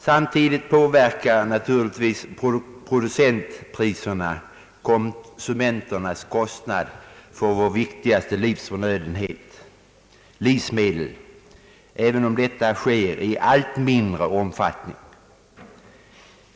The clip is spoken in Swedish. Samtidigt påverkar naturligtvis producentpriserna konsumenternas kostnad för vår viktigaste livsförnödenhet, livsmedel, även om detta sker i allt mindre omfattning.